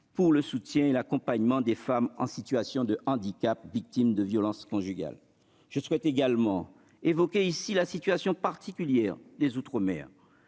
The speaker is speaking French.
pour le soutien et l'accompagnement des femmes en situation de handicap victimes de violences conjugales. J'évoquerai ici la situation particulière des outre-mer,